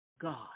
God